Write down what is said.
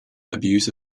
abuse